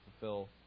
fulfill